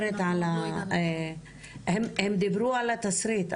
הם דיברו על התסריט,